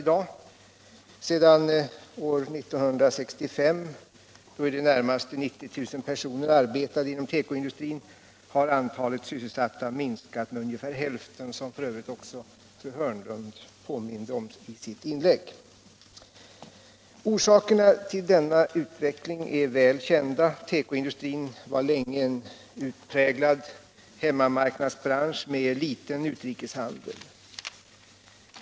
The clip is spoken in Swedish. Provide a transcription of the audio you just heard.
Sedan år 1965, då i det närmaste 90 000 personer arbetade inom tekoindustrin, har antalet sysselsatta minskat med ungefär hälften, vilket också fru Hörnlund påminde om i sitt inlägg. Orsakerna till denna utveckling är väl kända. Tekoindustrin var länge Nr 138 en utpräglad hemmamarknadsbransch med liten utrikeshandel.